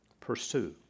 Pursue